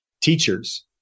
teachers